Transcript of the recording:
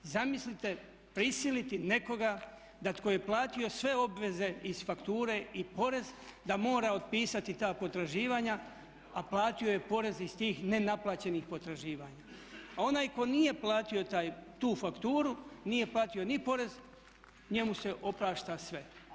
Zamislite prisiliti nekoga da tko je platio sve obveze iz fakture i porez da mora otpisati ta potraživanja a platio je porez iz tih nenaplaćenih potraživanja, a onaj tko nije platio tu fakturu nije platio ni porez, njemu se oprašta sve.